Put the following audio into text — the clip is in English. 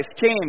came